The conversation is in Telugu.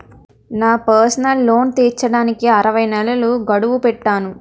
నా పర్సనల్ లోన్ తీర్చడానికి అరవై నెలల గడువు పెట్టాను